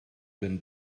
been